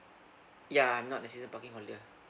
ya I'm not a season parking holder